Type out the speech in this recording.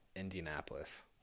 Indianapolis